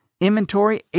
inventory